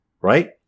right